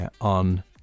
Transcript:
on